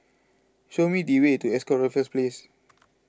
show me the way to Ascott Raffles Place